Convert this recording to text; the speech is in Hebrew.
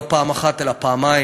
לא פעם אחת אלא פעמיים,